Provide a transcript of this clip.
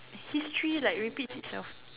history like repeats itself